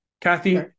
Kathy